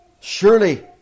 Surely